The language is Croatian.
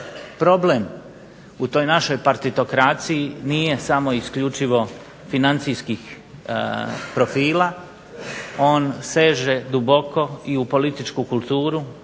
Problem u toj našoj partitokraciji nije samo isključivo financijskih profila, on seže duboko i u političku kulturu,